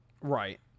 Right